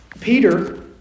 Peter